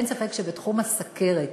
אין ספק שבתחום הסוכרת